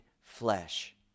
flesh